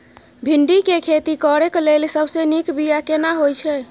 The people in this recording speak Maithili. भिंडी के खेती करेक लैल सबसे नीक बिया केना होय छै?